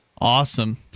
Awesome